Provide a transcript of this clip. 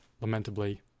lamentably